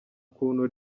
kuntu